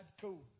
cool